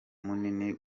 minini